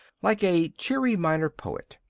like a cheery minor poet.